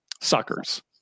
suckers